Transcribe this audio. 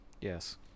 Yes